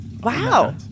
Wow